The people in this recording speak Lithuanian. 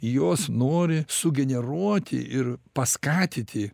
jos nori sugeneruoti ir paskatiti